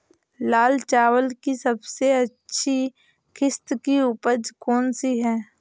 लाल चावल की सबसे अच्छी किश्त की उपज कौन सी है?